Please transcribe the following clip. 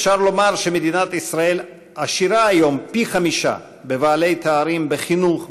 אפשר לומר שמדינת ישראל עשירה היום פי חמישה בבעלי תארים בחינוך,